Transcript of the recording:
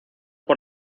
por